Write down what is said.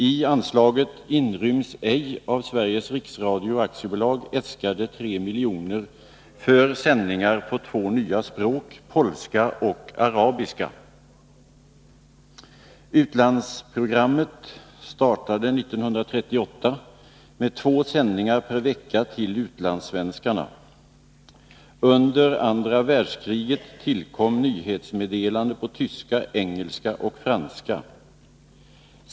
I anslaget inryms ej av Sveriges Riksradio AB äskade 3 milj.kr. för sändningar på två nya språk, polska och arabiska. Utlandsprogrammet startade 1938 med två sändningar per vecka till utlandssvenskarna. Under andra världskriget tillkom nyhetsmeddelanden på tyska, engelska och franska.